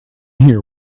here